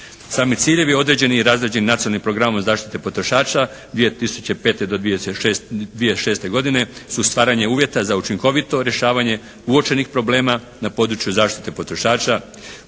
Sami ciljevi određeni i razrađeni Nacionalnim programom zaštite potrošača 2005.-2006. godine su stvaranje uvjeta za učinkovito rješavanje uočenih problema na području zaštite potrošača,